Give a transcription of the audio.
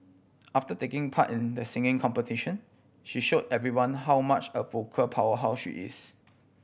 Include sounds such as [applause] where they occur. after taking part in [unintelligible] the singing competition she show everyone how much of a vocal powerhouse she is